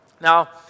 Now